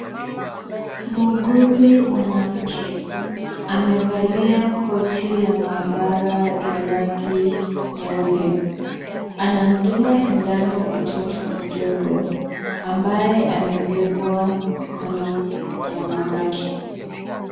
Muuguzi mwanamke, amevalia koti la maabara ya rangi nyeupe. Anamdunga sindano mtoto mdogo ambaye amebebwa mikononi na mamake.